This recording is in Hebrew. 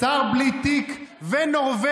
שר בלי תיק ונורבגי.